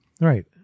Right